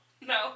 No